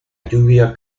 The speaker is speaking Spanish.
lluvia